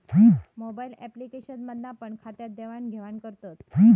mobile application मधना पण खात्यात देवाण घेवान करतत